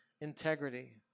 integrity